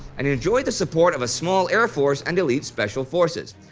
and enjoy the support of a small air force and elite special forces.